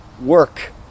work